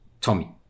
Tommy